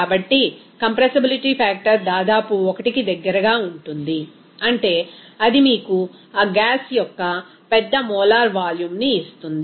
కాబట్టి compressibility factor దాదాపు 1కి దగ్గరగా ఉంటుంది అంటే అది మీకు ఆ గ్యాస్ యొక్క పెద్ద మోలార్ వాల్యూమ్ని ఇస్తుంది